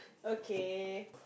okay